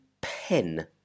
pen